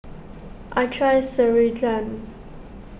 I trust Ceradan